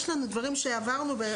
יש לנו דברים שעברנו עליהם.